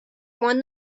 one